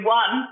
one